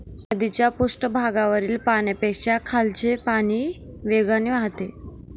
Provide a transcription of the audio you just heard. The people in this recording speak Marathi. नदीच्या पृष्ठभागावरील पाण्यापेक्षा खालचे पाणी वेगाने वाहते